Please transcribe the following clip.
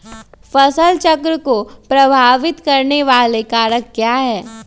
फसल चक्र को प्रभावित करने वाले कारक क्या है?